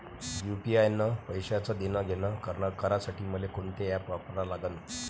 UPI न पैशाचं देणंघेणं करासाठी मले कोनते ॲप वापरा लागन?